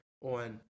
on